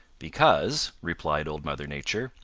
because, replied old mother nature,